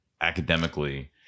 academically